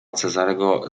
cezarego